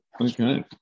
okay